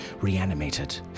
reanimated